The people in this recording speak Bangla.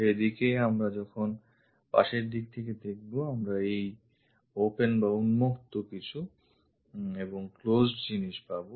সেদিকে আমরা যখন পাশের দিক থেকে দেখব আমরা এই open বা উন্মুক্ত কিছু এবং একটি অবরুদ্ধ বা closed জিনিস পাবো